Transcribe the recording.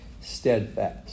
steadfast